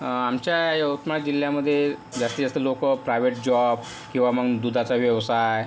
आमच्या यवतमाळ जिल्ह्यामध्ये जास्तीत जास्त लोक प्रायवेट जॉब किंवा मग दुधाचा व्यवसाय